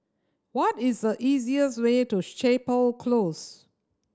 what is the easiest way to Chapel Close